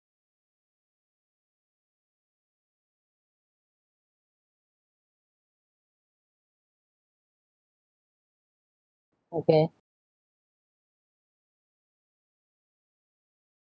okay